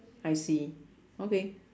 I see okay